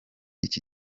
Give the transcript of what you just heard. iki